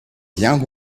young